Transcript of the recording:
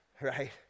right